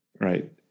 Right